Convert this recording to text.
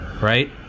Right